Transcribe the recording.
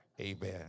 Amen